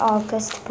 August